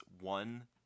one